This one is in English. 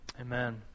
Amen